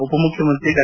ಉಪ ಮುಖ್ಯಮಂತ್ರಿ ಡಾ